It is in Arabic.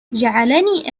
جعلني